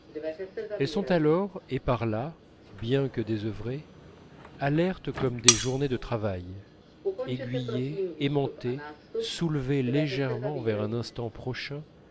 elles sont alors et par là bien que désœuvrées alertes comme des journées de travail aiguillées aimantées soulevées légèrement vers un instant prochain